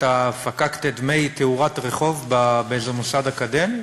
את ה"פקקטה" דמי תאורת רחוב באיזה מוסד אקדמי,